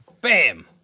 Bam